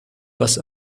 bus